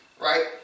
right